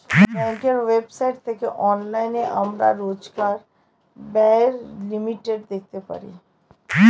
ব্যাঙ্কের ওয়েবসাইট থেকে অনলাইনে আমরা রোজকার ব্যায়ের লিমিট দেখতে পারি